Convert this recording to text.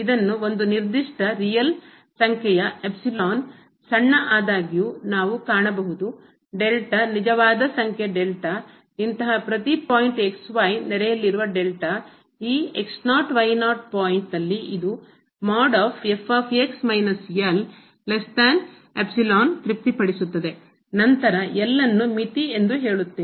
ಇದನ್ನು ಒಂದು ನಿರ್ದಿಷ್ಟ ರಿಯಲ್ ಸಂಖ್ಯೆಯ ಇಪ್ಸಿಲಾನ್ ಸಣ್ಣ ಆದಾಗ್ಯೂ ನಾವು ಕಾಣಬಹುದು ನಿಜವಾದ ಸಂಖ್ಯೆ ಇಂತಹ ಪ್ರತಿ ಪಾಯಿಂಟ್ ನೆರೆಯಲ್ಲಿರುವ ಈ ಪಾಯಿಂಟ್ ದಲ್ಲಿ ಇದು ತೃಪ್ತಿ ಪಡಿಸುತ್ತದೆನಂತರ ಅನ್ನು ಮಿತಿ ಎಂದು ಹೇಳುತ್ತೇವೆ